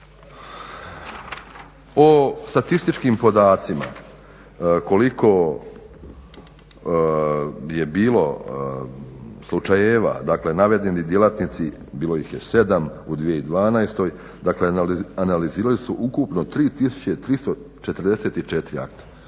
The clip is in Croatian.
O statističkim podacima koliko je bilo slučajeva navedeni djelatnici bilo ih je 7 u 2012., dakle analizirali su ukupno 3344 akta.